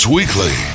Weekly